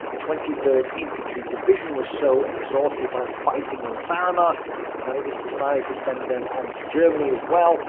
twenty third infantry division was so exhausted by the fighting on saaremaa that it was decided to send them on to germany as well,